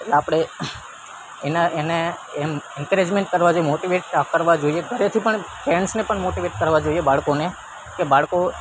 એટલે આપણે એને એમ એંકરેજમેન્ટ કરવા જોએ મોટિવેટ કરવા જોઈએ ઘરેથી પણ પેરેન્ટ્સ પણ મોટિવેટ કરવા જોઈએ બાળકોને કે બાળકો